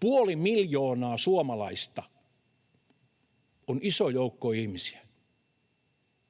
Puoli miljoonaa suomalaista on iso joukko ihmisiä.